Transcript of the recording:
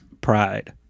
pride